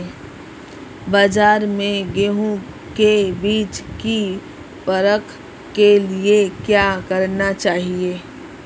बाज़ार में गेहूँ के बीज की परख के लिए क्या करना चाहिए?